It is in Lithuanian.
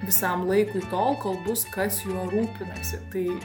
visam laikui tol kol bus kas juo rūpinasi tai